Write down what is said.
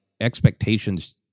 expectations